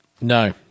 No